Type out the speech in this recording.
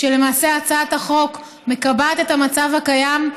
שלמעשה הצעת החוק מקבעת את המצב הקיים.